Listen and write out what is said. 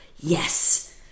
yes